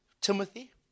Timothy